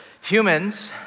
Humans